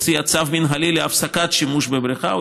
הוציאה צו מינהלי להפסקת השימוש בבריכה,